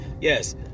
Yes